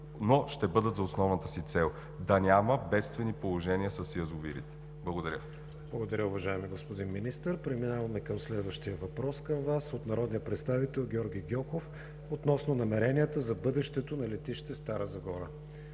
ще бъдат за основната им цел – да няма бедствени положения с язовирите. Благодаря. ПРЕДСЕДАТЕЛ КРИСТИАН ВИГЕНИН: Благодаря, уважаеми господин Министър. Преминаваме към следващия въпрос към Вас от народния представител Георги Гьоков относно намеренията за бъдещето на летище Стара Загора.